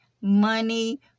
money